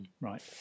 right